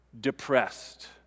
depressed